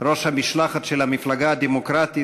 ראש המשלחת של המפלגה הדמוקרטית,